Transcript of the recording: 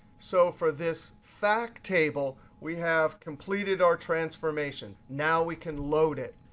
so for this fact table, we have completed our transformation. now we can load it.